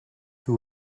who